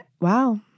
wow